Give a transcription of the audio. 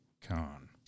Con